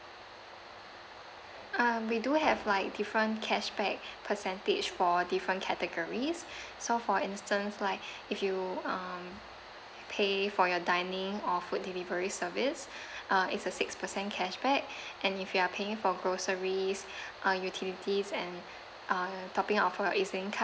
um we do have like different cashback percentage for different categories so for instance like if you um pay for your dining or food delivery service uh it's a six percent cashback and if you are paying for groceries uh utilities and uh topping up for your E_Z link card